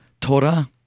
Torah